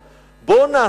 בואו נחזור לאמון,